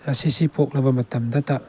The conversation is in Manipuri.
ꯑꯁꯤꯁꯤ ꯄꯣꯛꯂꯕ ꯃꯇꯝꯗꯇ